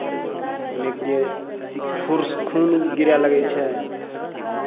इने के लिए फुर्स खून गिरय लगै छै